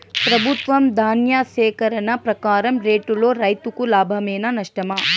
ప్రభుత్వం ధాన్య సేకరణ ప్రకారం రేటులో రైతుకు లాభమేనా నష్టమా?